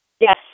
yes